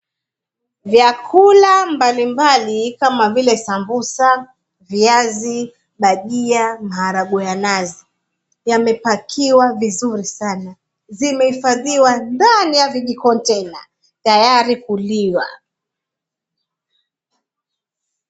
Vyakula mbalimbali kama vile sambusa, viazi, bhajia, maharagwe ya nazi, yamepakiwa vizuri sana. Zimehifadhiwa ndani ya vijikontaina tayari kuliwa.